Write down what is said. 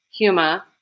Huma